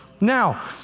Now